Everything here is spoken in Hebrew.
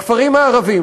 בכפרים הערביים,